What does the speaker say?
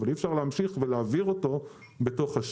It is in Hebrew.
אבל אי-אפשר להמשיך ולהעביר אותו בשוק,